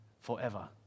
forever